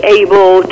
able